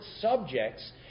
subjects